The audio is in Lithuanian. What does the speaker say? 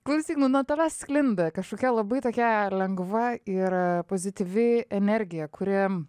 klausyk nu nuo tavęs sklinda kažkokia labai tokia lengva ir pozityvi energija kuri